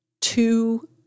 two